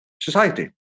society